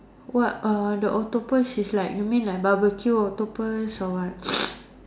what uh the octopus is like you mean like barbecue octopus or what